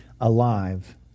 alive